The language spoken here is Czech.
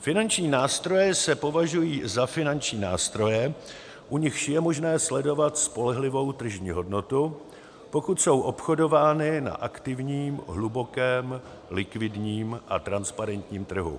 Finanční nástroje se považují za finanční nástroje, u nichž je možné sledovat spolehlivou tržní hodnotu, pokud jsou obchodovány na aktivním, hlubokém, likvidním a transparentním trhu.